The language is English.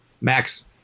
Max